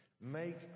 Make